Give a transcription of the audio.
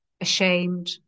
ashamed